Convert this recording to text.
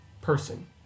person